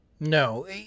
No